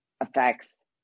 affects